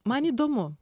man įdomu